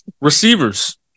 Receivers